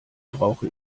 brauche